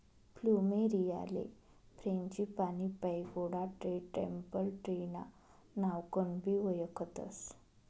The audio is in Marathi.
फ्लुमेरीयाले frangipani, pagoda tree, temple tree ना नावकनबी वयखतस